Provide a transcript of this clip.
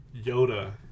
Yoda